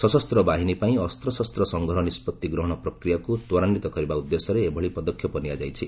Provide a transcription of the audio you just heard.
ସଶସ୍ତ ବାହିନୀପାଇଁ ଅସ୍ତଶସ୍ତ ସଂଗ୍ରହ ନିଷ୍ପଭି ଗ୍ରହଣ ପ୍ରକ୍ରିୟାକ୍ ତ୍ୱରାନ୍ୱିତ କରିବା ଉଦ୍ଦେଶ୍ୟରେ ଏଭଳି ପଦକ୍ଷେପ ନିଆଯାଇଛି